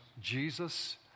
Jesus